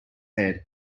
head